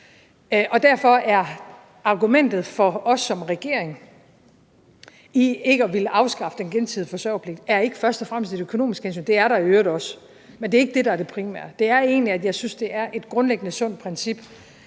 Og derfor er argumentet – for os som regering – for ikke at ville afskaffe den gensidige forsørgerpligt ikke først og fremmest et økonomisk hensyn. Sådan et er der i øvrigt også, men det ikke det, der er det primære. Det er egentlig, at jeg synes, det er et grundlæggende sundt princip,